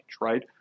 right